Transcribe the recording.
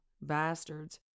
bastards